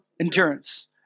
endurance